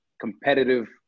competitive